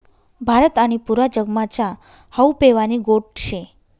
भारत आणि पुरा जगमा च्या हावू पेवानी गोट शे